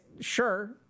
sure